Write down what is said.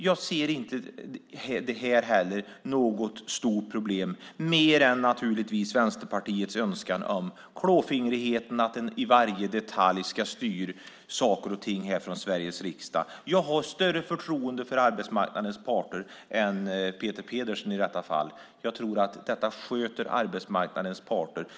Jag ser inte något stort problem här mer än Vänsterpartiets önskan och klåfingrigheten att man ska styra saker och ting i varje detalj från Sveriges riksdag. Jag har större förtroende för arbetsmarknadens parter än Peter Pedersen i detta fall. Jag tror att arbetsmarknadens parter sköter detta.